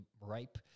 ripe